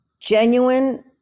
genuine